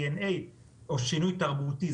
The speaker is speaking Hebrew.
די-אן-איי או שינוי תרבותי.